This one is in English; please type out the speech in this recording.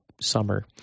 summer